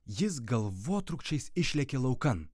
jis galvotrūkčiais išlekė laukan